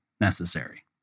necessary